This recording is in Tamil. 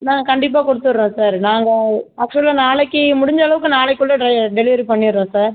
நாங்கள் கண்டிப்பாக கொடுத்துடுறோம் சார் நாங்கள் ஆக்ச்சுவலாக நாளைக்கி முடிஞ்சளவுக்கு நாளைக்குள்ள டெலிவரி பண்ணிடுறோம் சார்